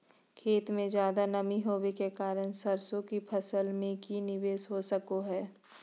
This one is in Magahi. खेत में ज्यादा नमी होबे के कारण सरसों की फसल में की निवेस हो सको हय?